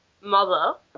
mother